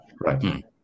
right